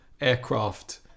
aircraft